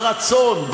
ברצון,